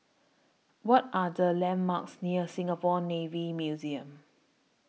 What Are The landmarks near Singapore Navy Museum